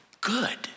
good